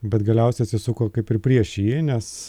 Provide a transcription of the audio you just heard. bet galiausiai atsisuko kaip ir prieš jį nes